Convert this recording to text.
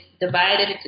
divided